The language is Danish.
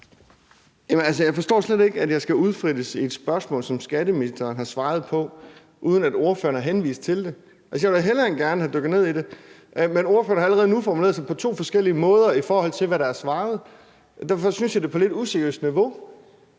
Jeg forstår slet ikke, at jeg skal udfrittes her, når skatteministeren har svaret på spørgsmålet, uden at ordføreren har henvist til det. Jeg ville da hellere end gerne have dykket ned i det, men ordføreren har allerede nu formuleret sig på to forskellige måder, i forhold til hvad der er svaret. Derfor synes jeg, det er på et lidt useriøst niveau.